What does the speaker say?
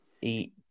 eat